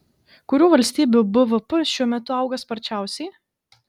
kurių valstybių bvp šiuo metu auga sparčiausiai